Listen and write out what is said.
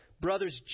Brothers